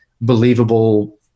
believable